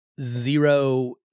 zero